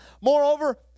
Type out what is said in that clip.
Moreover